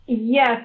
Yes